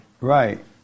Right